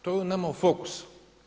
To je nama u fokusu.